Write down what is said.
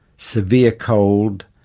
severe cold,